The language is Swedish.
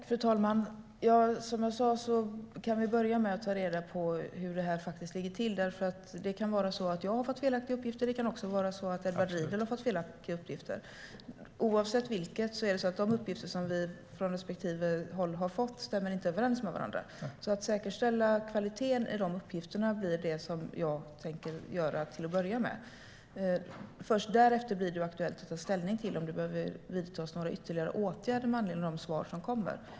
Fru talman! Som jag sa kan vi börja med att ta reda på hur det ligger till. Det kan vara så att jag har fått felaktiga uppgifter. Det kan också vara så att Edward Riedl har fått felaktiga uppgifter. Oavsett vilket stämmer de uppgifter som vi har fått från respektive håll inte överens med varandra. Att säkerställa kvaliteten i uppgifterna blir det som jag tänker göra till att börja med. Först därefter blir det aktuellt att ta ställning till om det behöver vidtas några ytterligare åtgärder med anledning av det svar som kommer.